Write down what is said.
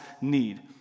need